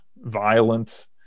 violent